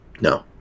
No